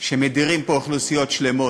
שמדירים פה אוכלוסיות שלמות.